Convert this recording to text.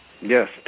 Yes